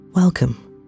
Welcome